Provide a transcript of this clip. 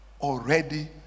already